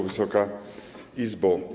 Wysoka Izbo!